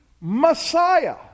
Messiah